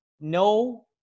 no